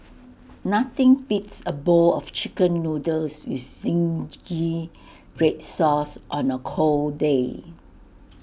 nothing beats A bowl of Chicken Noodles with Zingy Red Sauce on A cold day